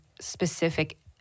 specific